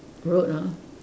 road ah